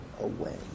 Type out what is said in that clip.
away